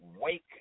Wake